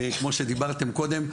וכמו שדיברתם קודם,